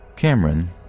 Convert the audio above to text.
Cameron